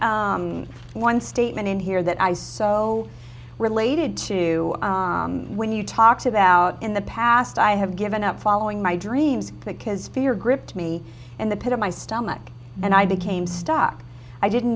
one one statement in here that i was so related to when you talked about in the past i have given up following my dreams that because fear gripped me and the pit of my stomach and i became stuck i didn't